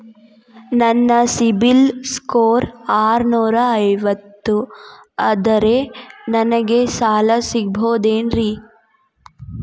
ನನ್ನ CIBIL score ಆರನೂರ ಐವತ್ತು ಅದರೇ ನನಗೆ ಸಾಲ ಸಿಗಬಹುದೇನ್ರಿ?